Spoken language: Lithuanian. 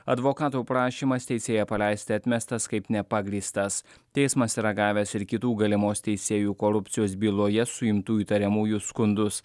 advokato prašymas teisėją paleisti atmestas kaip nepagrįstas teismas yra gavęs ir kitų galimos teisėjų korupcijos byloje suimtų įtariamųjų skundus